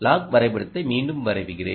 lock வரைபடத்தை மீண்டும் வரைகிறேன்